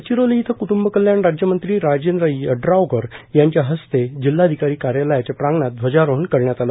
गडचिरोली इथं क्ट्ंब कल्याण राज्यमंत्री राजेंद्र यड्रावकर यांच्या हस्ते जिल्हाधिकारी कार्यालयाच्या प्रांगणात ध्वजारोहण करण्यात आलं